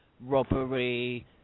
robbery